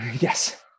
Yes